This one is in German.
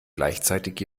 gleichzeitig